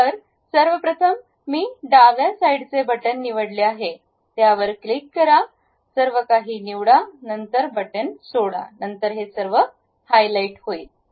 तर सर्व प्रथम मी डाव्या साईडचे बटण निवडले आहे त्या वर क्लिक करा सर्व काही निवडा नंतर बटण सोडा नंतर हे सर्व हायलाइट होईल